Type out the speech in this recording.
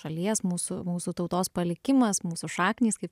šalies mūsų mūsų tautos palikimas mūsų šaknys kaip